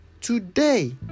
Today